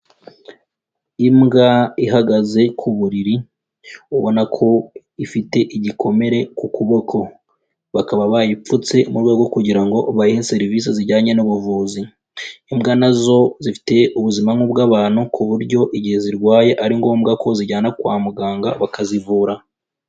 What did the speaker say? Imbwa ihagaze ku buriri ubona ko ifite igikomere ku kuboko, bakaba bayipfutse mu rwego kugira ngo bahe serivise zijyanye n'ubuvuzi, imbwa nazo zifite ubuzima nk'ubw'abantu ku buryo igihe zirwaye ari ngombwa ko zijyana kwa muganga bakazivura.